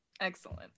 excellent